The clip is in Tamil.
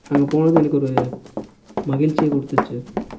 அங்கே போனது எனக்கு ஒரு மகிழ்ச்சியை கொடுத்துச்சு